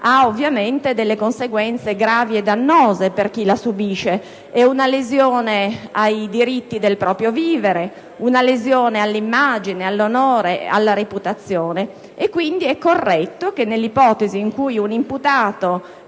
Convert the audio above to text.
ingiusta ha conseguenze gravi e dannose per chi la subisce. E' una lesione ai diritti del proprio vivere, all'immagine, all'onore, alla reputazione e quindi è corretto che, nell'ipotesi in cui un imputato